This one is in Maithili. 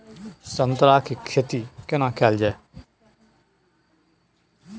संतरा के खेती केना कैल जाय?